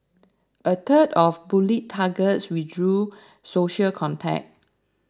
a third of bullied targets withdrew social contact